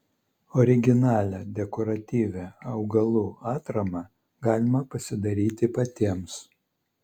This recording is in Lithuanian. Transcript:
originalią dekoratyvią augalų atramą galima pasidaryti patiems